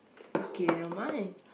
okay never mind